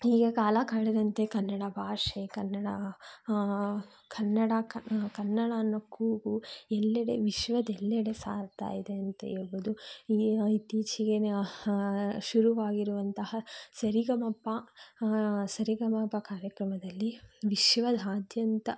ಈಗ ಕಾಲ ಕಳೆದಂತೆ ಕನ್ನಡ ಭಾಷೆ ಕನ್ನಡ ಕನ್ನಡ ಕನ್ನಡ ಅನ್ನೋ ಕೂಗು ಎಲ್ಲೆಡೆ ವಿಶ್ವದೆಲ್ಲೆಡೆ ಸಾರ್ತಾ ಇದೆ ಅಂತ ಹೇಳ್ಬೋದು ಇತ್ತೀಚಿಗೇನು ಶುರುವಾಗಿರುವಂತಹ ಸರಿಗಮಪ ಸರಿಗಮಪ ಕಾರ್ಯಕ್ರಮದಲ್ಲಿ ವಿಶ್ವದಾದ್ಯಂತ